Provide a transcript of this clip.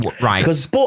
right